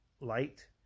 light